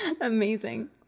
Amazing